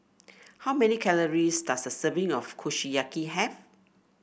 how many calories does a serving of Kushiyaki have